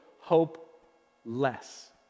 hopeless